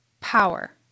power